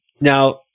Now